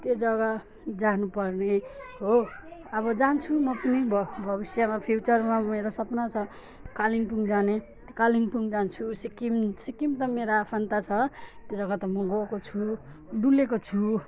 त्यो जग्गा जानुपर्ने हो अब जान्छु म पनि भ भविष्यमा फ्युचरमा मेरो सपना छ कालिम्पोङ जाने कालिम्पोङ जान्छु सिक्किम सिक्किम त मेरो आफन्त छ त्यो जग्गा त म गएको छु डुलेको छु